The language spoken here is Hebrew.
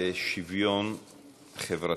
לשרה לשוויון חברתי,